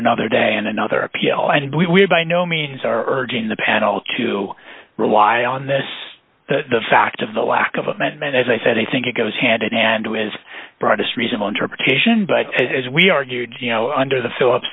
another day and another appeal and we're by no means are urging the panel to rely on this the fact of the lack of amendment as i said i think it goes hand in hand with brightest reasonable interpretation but as we argued you know under the philip